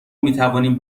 میتوانیم